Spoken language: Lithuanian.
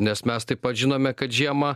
nes mes taip pat žinome kad žiemą